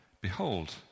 Behold